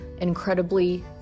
incredibly